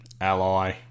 Ally